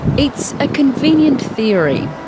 it's a convenient theory.